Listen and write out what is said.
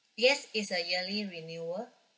yes it's a yearly renewal